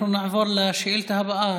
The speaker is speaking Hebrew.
אנחנו נעבור לשאילתה הבאה,